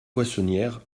poissonnière